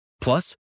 Plus